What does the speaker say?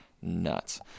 nuts